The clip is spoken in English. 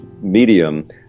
medium